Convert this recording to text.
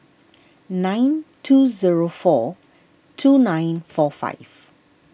nine two zero four two nine four five